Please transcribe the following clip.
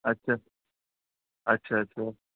اچھا اچھا اچھا